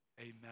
Amen